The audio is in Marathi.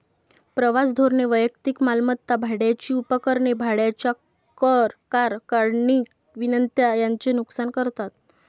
प्रवास धोरणे वैयक्तिक मालमत्ता, भाड्याची उपकरणे, भाड्याच्या कार, खंडणी विनंत्या यांचे नुकसान करतात